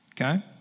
Okay